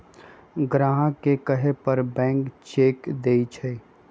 ग्राहक के कहे पर बैंक चेक देई छई